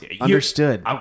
understood